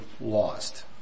lost